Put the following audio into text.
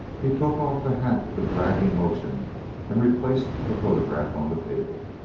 he took off the hat with a dragging motion and replaced the photograph on the table.